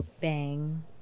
Bang